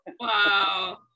Wow